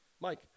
Mike